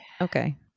okay